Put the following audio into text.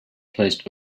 placed